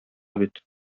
бит